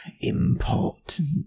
important